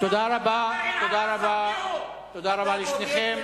תודה רבה לשניכם.